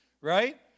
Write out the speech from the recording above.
right